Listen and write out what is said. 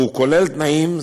והוא כולל תנאים,